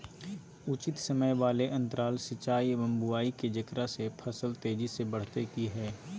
उचित समय वाले अंतराल सिंचाई एवं बुआई के जेकरा से फसल तेजी से बढ़तै कि हेय?